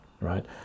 right